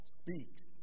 speaks